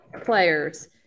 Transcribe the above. players